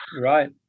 Right